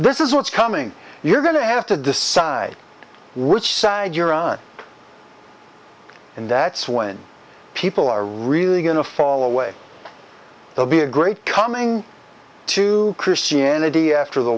this is what's coming you're going to have to decide which side you're on and that's when people are really going to fall away they'll be a great coming to christianity after the